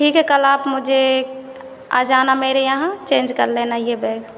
ठीक है कल आप मुझे आ जाना मेरे यहाँ चेंज कर लेना ये बैग